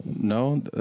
No